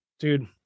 Dude